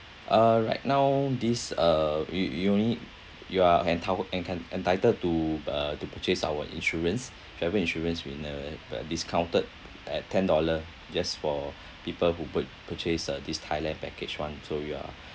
uh right now this uh you you only you are entitled to uh to purchase our insurance travel insurance with a discounted at ten dollar just for people who pur~ purchase uh this thailand package [one] so you are